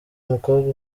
umukobwa